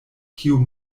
kiu